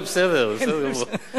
זה בסדר, זה בסדר גמור.